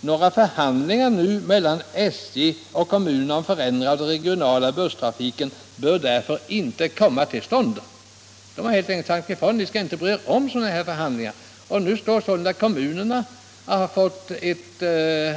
Några förhandlingar nu mellan SJ och kommunerna om förändringar av den regionala busstrafiken bör därför inte komma till stånd.” Man säger helt enkelt till kommunerna: Ni skall inte bry er om att föra sådana här förhandlingar! Kommunerna har alltså fått en